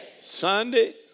Sunday